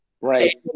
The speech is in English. Right